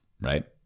right